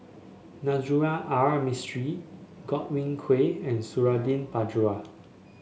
Navroji R Mistri Godwin Koay and Suradi Parjo